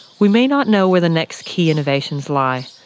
we may not know where the next key innovations lie,